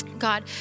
God